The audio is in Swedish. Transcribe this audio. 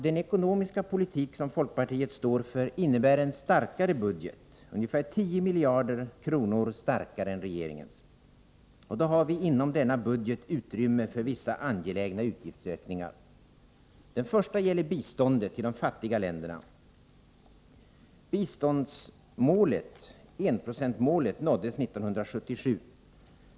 Den ekonomiska politik folkpartiet står för innebär en starkare budget, ungefär 10 miljarder kronor starkare än regeringens. Och då har vi inom denna budget utrymme för vissa angelägna utgiftsökningar. Den första gäller biståndet till de fattiga länderna. Enprocentsmålet nåddes 1977.